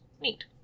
Neat